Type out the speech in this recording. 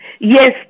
Yes